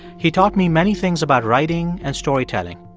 he taught me many things about writing and storytelling.